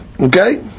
Okay